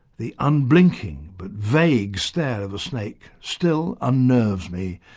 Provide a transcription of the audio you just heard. the unblinking but vague stare of a snake still unnerves me,